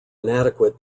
inadequate